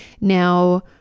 Now